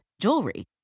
jewelry